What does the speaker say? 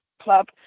club